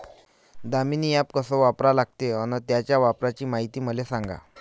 Damini app कस वापरा लागते? अन त्याच्या वापराची मायती मले सांगा